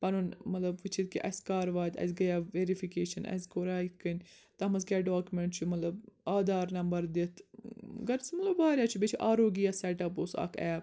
پنُن مطلب وُچتھ کہِ اسہِ کر واتہِ اسہِ گٔییا ویرِفِکیشن اسہِ کوٚرا یِتھ کٔنۍ تتھ منٛز کیٛاہ ڈاکِمیٚنٛٹ چھُ مطلب آدھار نمبر دِتھۍ غرض مطلب واریاہ چھُ بیٚیہِ چھُ R O gas set up اوس اکھ ایپ